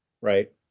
right